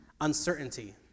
uncertainty